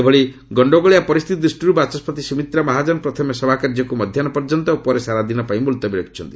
ଏଭଳି ଗଣ୍ଡଗୋଳିଆ ପରିସ୍ଥିତି ଦୃଷ୍ଟିରୁ ବାଚସ୍କତି ସୁମିତ୍ରା ମହାଜନ ପ୍ରଥମେ ସଭାକାର୍ଯ୍ୟକୁ ମଧ୍ୟାହୁ ପର୍ଯ୍ୟନ୍ତ ଓ ପରେ ସାରାଦିନ ପାଇଁ ମୁଲତବୀ ରଖିଛନ୍ତି